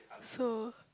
so